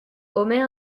omer